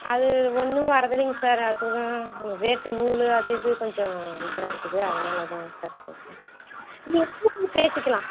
அது ஒன்றும் வர்றதில்லைங்க சார் அது தான் ரேட்டு நூலு அது இது கொஞ்சம் இதாக இருக்குது அதனால் தான்ங்க சார் கேக்கிறேன் பேசிக்கலாம்